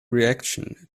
reaction